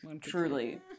Truly